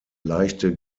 leichte